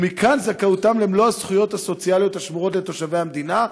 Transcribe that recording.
ומכאן זכאותם למלוא הזכויות הסוציאליות השמורות לתושבי המדינה,